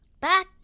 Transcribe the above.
Back